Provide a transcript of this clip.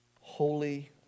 holy